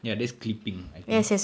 ya that's clipping I think